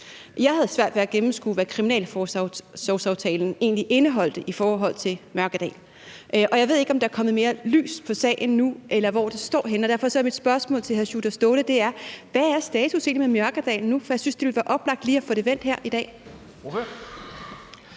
Jeg havde svært ved at gennemskue, hvad kriminalforsorgsaftalen egentlig indeholdt i forhold til Mørkedal, og jeg ved ikke, om der er kastet mere lys på sagen nu, eller hvor det står henne, og derfor er mit spørgsmål til hr. Sjúrður Skaale: Hvad er status egentlig for Mørkedal nu? Jeg synes, at det vil være oplagt lige at få det vendt her i dag.